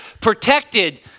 protected